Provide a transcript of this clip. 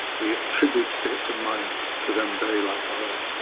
we attribute states of mind to them very like our own.